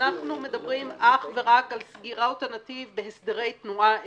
אנחנו מדברים אך ורק על סגירות הנתיב בהסדרי תנועה אזרחיים,